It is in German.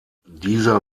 dieser